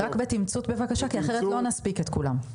רק בתמצות, בבקשה, כי אחרת לא נספיק את כולם.